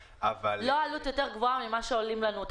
לא עלות יותר גבוהה ממה שעולים לנו העובדים כאן.